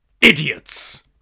idiots